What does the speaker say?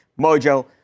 Mojo